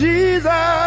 Jesus